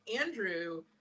Andrew